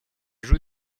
joue